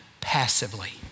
passively